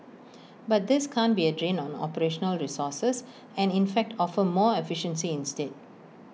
but this can't be A drain on operational resources and in fact offer more efficiency instead